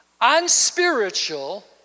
unspiritual